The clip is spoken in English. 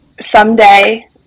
someday